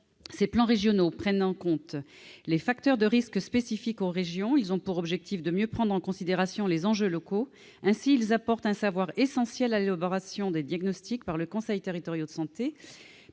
Ces plans régionaux prennent en compte les facteurs de risques spécifiques aux régions ; ils ont pour objet de mieux prendre en considération les enjeux locaux. Ainsi, ils sont de nature à apporter un savoir essentiel à l'élaboration des diagnostics par les conseils territoriaux de santé.